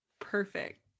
Perfect